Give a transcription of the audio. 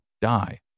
die